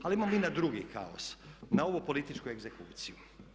Ali ajmo mi na drugi kaos, na ovu političku egzekuciju.